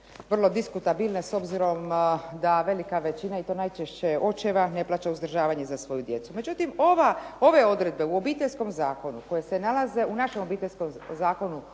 vrlo diskutabilne s obzirom da velika većina i to najčešće očeva ne plaća uzdržavanje za svoju djecu. Međutim ove odredbe u Obiteljske koje se nalaze u našem Obiteljskom zakonu